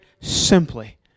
simply